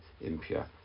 impure